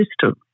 system